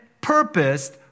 purposed